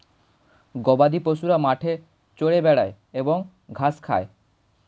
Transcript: গবাদিপশুরা মাঠে চরে বেড়ায় এবং ঘাস খায়